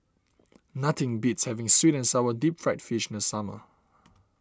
nothing beats having Sweet and Sour Deep Fried Fish in the summer